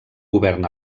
govern